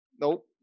Nope